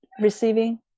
receiving